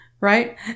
right